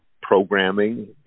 programming